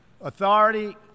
Authority